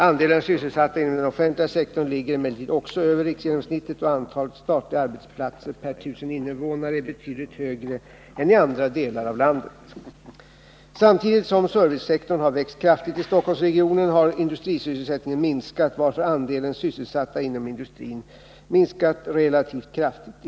Andelen sysselsatta inom den offentliga sektorn ligger emellertid också över riksgenomsnittet och antalet statliga arbetsplatser per 1 000 invånare är betydligt högre än i andra delar av landet. Samtidigt som servicesektorn har växt kraftigt i Stockholmsregionen har industrisysselsättningen minskat, varför andelen sysselsatta inom industrin minskat relativt kraftigt.